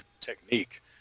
technique